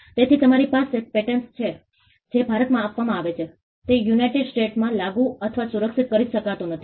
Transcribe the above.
તેથી તમારી પાસે પેટન્ટ છે જે ભારતમાં આપવામાં આવે છે તે યુનાઇટેડ સ્ટેટ્સમાં લાગુ અથવા સુરક્ષિત કરી શકાતું નથી